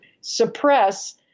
suppress